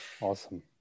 awesome